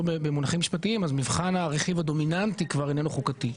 במונחים משפטיים מבחן הרכיב הדומיננטי כבר איננו חוקתי.